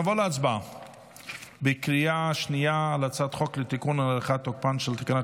נעבור להצבעה בקריאה שנייה על הצעת חוק לתיקון ולהארכת תוקפן של תקנות